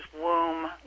womb